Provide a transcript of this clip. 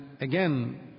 again